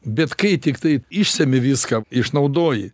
bet kai tiktai išsemi viską išnaudoji